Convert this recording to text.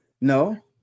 No